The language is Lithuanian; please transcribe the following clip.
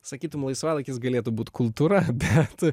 sakytum laisvalaikis galėtų būti kultūra bet